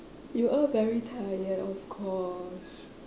you are very tired of course